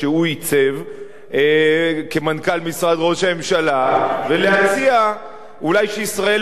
שהוא עיצב כמנכ"ל משרד ראש הממשלה ולהציע שאולי ישראל